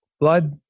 Blood